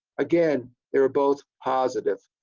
again they were both positive,